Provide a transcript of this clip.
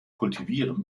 kultivieren